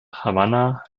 havanna